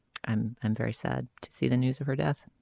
i'm i'm very sad to see the news of her death